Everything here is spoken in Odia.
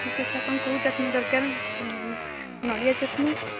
ଠିକ୍ ଅଛି ଆପଣ କେଉଁ ଚଟଣୀ ଦରକାର ନଡ଼ିଆ ଚଟଣୀ